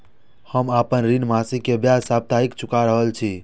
हम आपन ऋण मासिक के ब्याज साप्ताहिक चुका रहल छी